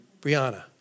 Brianna